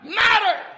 matter